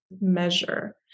measure